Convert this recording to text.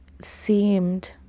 seemed